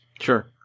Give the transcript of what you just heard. Sure